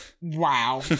Wow